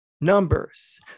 Numbers